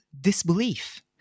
disbelief